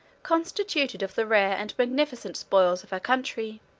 consisted of the rare and magnificent spoils of her country.